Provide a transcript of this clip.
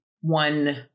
one